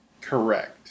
Correct